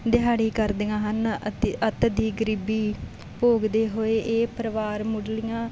ਦਿਹਾੜੀ ਕਰਦੀਆਂ ਹਨ ਅਤੇ ਅੱਤ ਦੀ ਗਰੀਬੀ ਭੋਗਦੇ ਹੋਏ ਇਹ ਪਰਿਵਾਰ ਮੁੱਢਲੀਆਂ